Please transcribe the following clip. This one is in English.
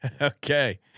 Okay